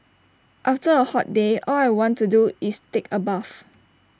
after A hot day all I want to do is take A bath